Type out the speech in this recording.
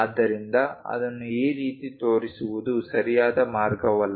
ಆದ್ದರಿಂದ ಅದನ್ನು ಈ ರೀತಿ ತೋರಿಸುವುದು ಸರಿಯಾದ ಮಾರ್ಗವಲ್ಲ